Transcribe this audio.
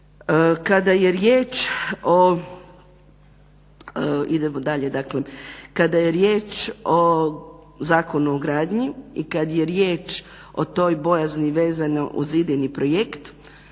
Kada je riječ o Zakonu o gradnji i kad je riječ o toj bojazni vezano uz idejni projekt,